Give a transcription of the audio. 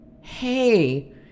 Hey